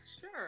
Sure